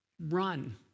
run